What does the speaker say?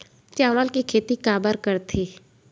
चावल के खेती काबर करथे?